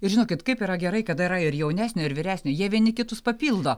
ir žinokit kaip yra gerai kada yra ir jaunesnių ir vyresnių jie vieni kitus papildo